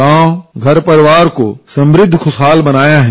गांव घर परिवार को समृद्ध खुशहाल बनाया है